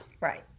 Right